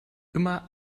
immer